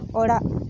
ᱚᱲᱟᱜ